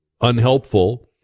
unhelpful